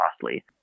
costly